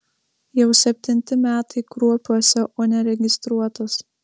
jau septinti metai kruopiuose o neregistruotas